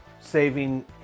saving